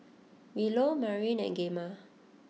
Willow Marylyn and Gemma